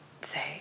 say